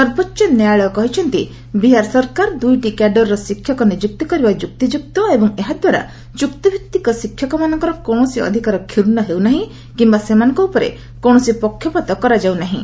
ସର୍ବୋଚ୍ଚ ନ୍ୟାୟାଳୟ କହିଛନ୍ତି ବିହାର ସରକାର ଦୁଇଟି କ୍ୟାଡରର ଶିକ୍ଷକ ନିଯୁକ୍ତ କରିବା ଯୁକ୍ତିଯୁକ୍ତ ଏବଂ ଏହାଦ୍ୱାରା ଚୁକ୍ତିଭିତ୍ତିକ ଶିକ୍ଷକମାନଙ୍କର କୌଣସି ଅଧିକାର କ୍ଷୁଶ୍ୱ ହେଉ ନାହିଁ କିମ୍ବା ସେମାନଙ୍କ ଉପରେ କୌଣସି ପକ୍ଷପାତ କରାଯାଉ ନାହିଁ